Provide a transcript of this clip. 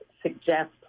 suggest